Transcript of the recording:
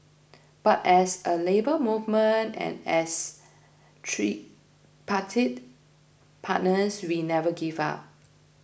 but as a Labour Movement and as tripartite partners we never give up